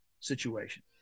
situation